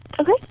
Okay